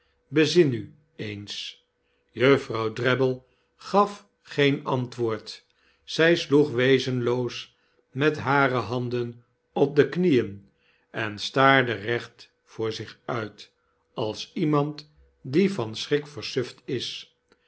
bezin u eens juffrouw drabble gaf geen antwoord zy sloeg wezenloos met hare handen op de knieen en staarde recht voor zich uit als iemand die van schrik versuft is